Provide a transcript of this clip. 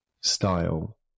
style